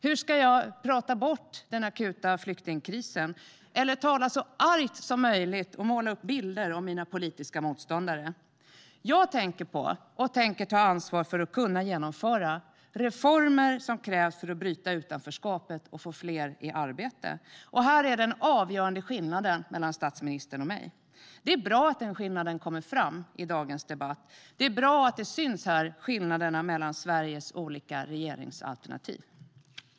Hur ska jag prata bort den akuta flyktingkrisen, eller låta så arg som möjligt och måla upp bilder av mina politiska motståndare? Jag tänker ta ansvar för att kunna genomföra de reformer som krävs för att bryta utanförskapet och få fler i arbete. Här är den avgörande skillnaden mellan statsministern och mig. Det är bra att den skillnaden kommer fram i dagens debatt. Det är bra att skillnaderna mellan Sveriges olika regeringsalternativ syns här.